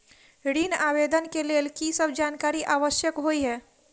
ऋण आवेदन केँ लेल की सब जानकारी आवश्यक होइ है?